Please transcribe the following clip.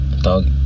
Dog